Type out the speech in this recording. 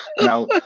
Now